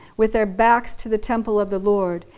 with their backs to the temple of the lord,